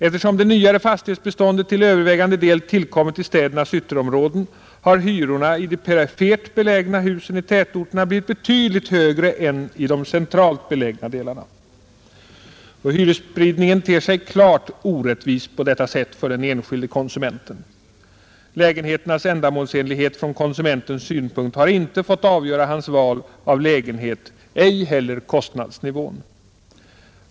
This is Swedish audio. Eftersom det nyare fastighetsbeståndet till övervägande del tillkommit i städernas ytterområden har hyrorna i de perifert belägna husen i tätorterna blivit betydligt högre än i de centralt belägna delarna. Hyresspridningen ter sig klart orättvis på detta sätt för den enskilde konsumenten. Lägenheternas ändamålsenlighet från konsumentens synpunkt har inte fått avgöra hans val av lägenhet, ej heller kostnadsnivån.